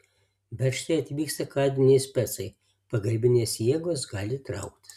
bet štai atvyksta kadriniai specai pagalbinės jėgos gali trauktis